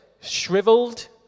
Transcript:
shriveled